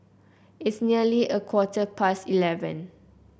its nearly a quarter past eleven